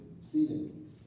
seating